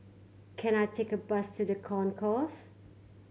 can I take a bus to The Concourse